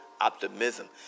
optimism